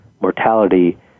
mortality